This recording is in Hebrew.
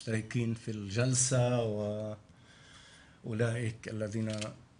בוקר טוב לכולם, אלה המשתתפים בישיבה ואלה שישתתפו